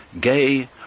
gay